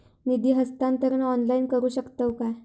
निधी हस्तांतरण ऑनलाइन करू शकतव काय?